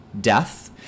death